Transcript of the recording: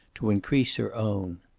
to increase her own.